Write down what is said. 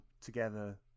together